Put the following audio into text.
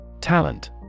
Talent